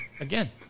Again